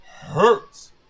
hurts